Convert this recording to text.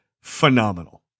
phenomenal